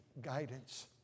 guidance